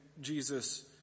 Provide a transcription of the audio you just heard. Jesus